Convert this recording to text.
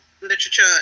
literature